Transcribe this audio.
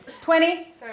Twenty